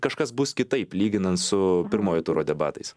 kažkas bus kitaip lyginant su pirmojo turo debatais